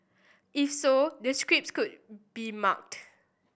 if so the scripts could be marked